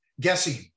guessing